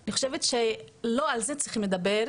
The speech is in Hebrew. אני חושבת שלא על זה צריך לדבר,